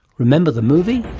remember the movie?